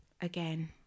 again